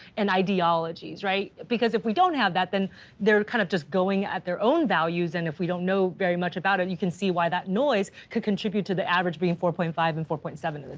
and ideologies, right? because if we don't have that, then they're kind of just going at their own values. and if we don't know very much about it, you can see why that noise could contribute to the average being four point five and four point seven in the two